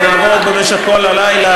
ונעבוד במשך כל הלילה,